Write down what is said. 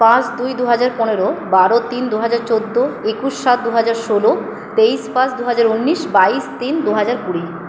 পাঁচ দুই দুহাজার পনেরো বারো তিন দুহাজার চোদ্দো একুশ সাত দুহাজার ষোলো তেইশ পাঁচ দুহাজার উনিশ বাইশ তিন দুহাজার কুড়ি